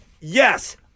yes